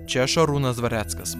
čia šarūnas dvareckas